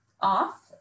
off